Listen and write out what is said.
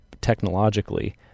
technologically